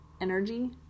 energy